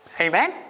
Amen